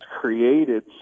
created